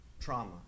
trauma